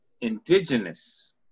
indigenous